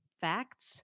facts